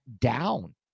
down